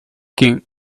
king